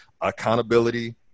accountability